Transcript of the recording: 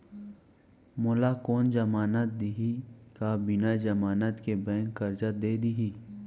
मोला कोन जमानत देहि का बिना जमानत के बैंक करजा दे दिही?